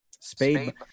Spade